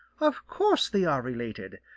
of course they are related.